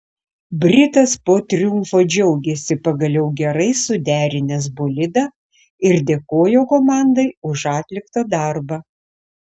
britas po triumfo džiaugėsi pagaliau gerai suderinęs bolidą ir dėkojo komandai už atliktą darbą